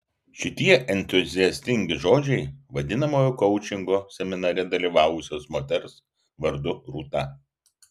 šitie entuziastingi žodžiai vadinamojo koučingo seminare dalyvavusios moters vardu rūta